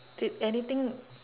did anything